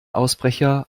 ausbrecher